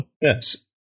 Yes